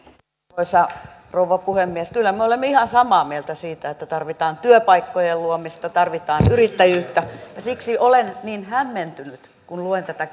arvoisa rouva puhemies kyllä me olemme ihan samaa mieltä siitä että tarvitaan työpaikkojen luomista tarvitaan yrittäjyyttä ja siksi olen niin hämmentynyt kun luen tätä